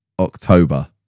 October